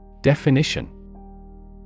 Definition